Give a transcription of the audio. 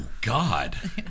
God